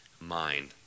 mind